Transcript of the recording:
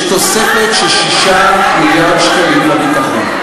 יש תוספת, של 6 מיליארד שקלים לביטחון.